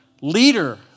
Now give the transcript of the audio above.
leader